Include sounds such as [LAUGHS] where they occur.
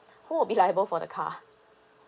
who will be liable for the car [LAUGHS]